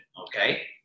okay